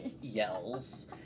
yells